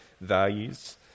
values